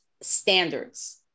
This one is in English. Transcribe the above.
standards